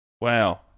Wow